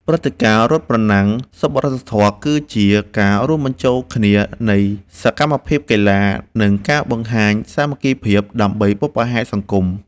ព្រឹត្តិការណ៍រត់ប្រណាំងសប្បុរសធម៌ គឺជាការរួមបញ្ចូលគ្នានៃសកម្មភាពកីឡា និងការបង្ហាញសាមគ្គីភាព ដើម្បីបុព្វហេតុសង្គម។